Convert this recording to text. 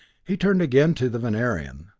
he turned again to the venerian.